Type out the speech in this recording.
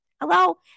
Hello